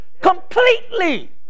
completely